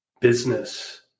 business